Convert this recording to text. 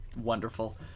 wonderful